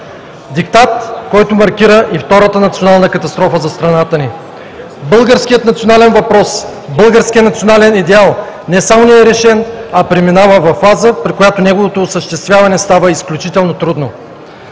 Диктат, който маркира и втората национална катастрофа за страната ни. Българският национален въпрос, българският национален идеал не само не е решен, а преминава във фаза, при която неговото осъществяване става изключително трудно.